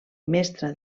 mestra